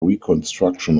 reconstruction